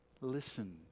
listen